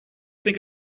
think